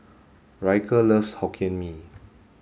Ryker loves Hokkien Mee